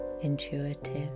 intuitive